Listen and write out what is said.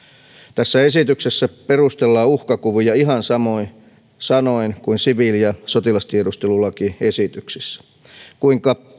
tässä esityksessä perustellaan uhkakuvia ihan samoin sanoin kuin siviili ja sotilastiedustelulakiesityksessä kuinka